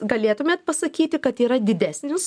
galėtumėt pasakyti kad yra didesnis